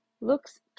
looks